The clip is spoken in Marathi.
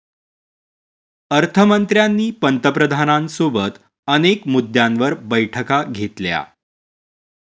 अर्थ मंत्र्यांनी पंतप्रधानांसोबत अनेक मुद्द्यांवर बैठका घेतल्या